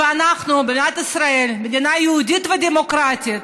ואנחנו, מדינת ישראל, מדינה יהודית ודמוקרטית,